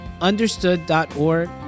understood.org